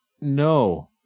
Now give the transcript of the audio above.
No